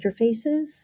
interfaces